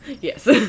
Yes